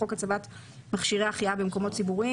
התשס"ח 2008 ; (24)חוק הצבת מכשירי החייאה במקומות ציבוריים,